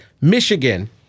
Michigan